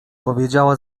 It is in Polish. powiedziała